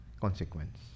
consequence